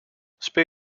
speel